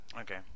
Okay